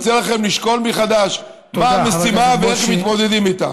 אני מציע לכם לשקול מחדש מה המשימה ואיך מתמודדים איתה.